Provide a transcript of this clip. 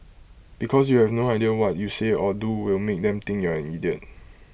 because you have no idea what you say or do will make them think you're an idiot